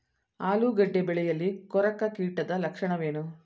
ಆಲೂಗೆಡ್ಡೆ ಬೆಳೆಯಲ್ಲಿ ಕೊರಕ ಕೀಟದ ಲಕ್ಷಣವೇನು?